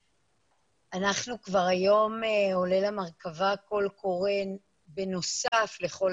כבר היום עולה למרכב"ה קול קורא בנוסף לכל